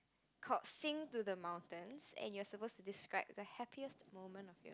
called sing to the mountains and you're suppose to describe the happiest moment of your